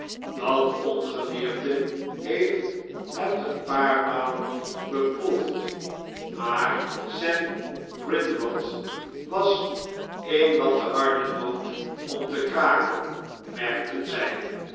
dat ongedierte heeft het een paar malen beproefd maar sem grindrod was een wat te harde noot om te kraken merkten zy